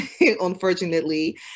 unfortunately